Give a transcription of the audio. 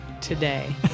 today